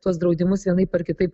tuos draudimus vienaip ar kitaip